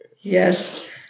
Yes